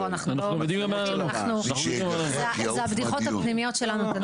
נאור, אלה הבדיחות הפנימיות שלנו.